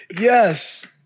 Yes